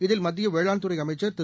இதில் மத்திய வேளாண் துறை அமைச்சர் திரு